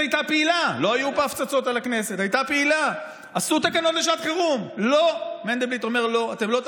הידע והקדמה בתחום החקלאות, רמת